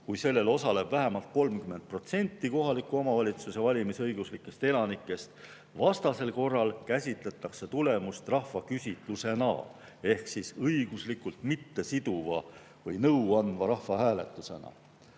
kui sellel osaleb vähemalt 30% kohaliku omavalitsuse valimisõiguslikest elanikest. Vastasel korral käsitletakse tulemust rahvaküsitlusena ehk õiguslikult mittesiduva või nõuandva rahvahääletusena.